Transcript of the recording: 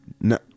No